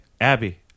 Abby